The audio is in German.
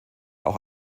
auch